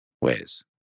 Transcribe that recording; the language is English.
ways